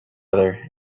other